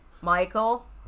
michael